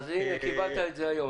אז הנה קיבלת את זה היום.